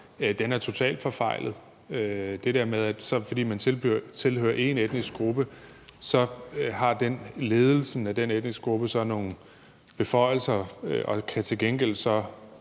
er totalt forfejlet. Det der med, at fordi man tilhører en etnisk gruppe, har ledelsen af den etniske gruppe så nogle beføjelser og kan så til gengæld